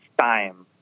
time